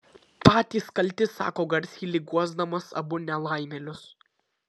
patys kalti sako garsiai lyg guosdamas abu nelaimėlius